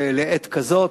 לעת כזאת,